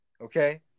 Okay